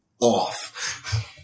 off